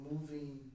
moving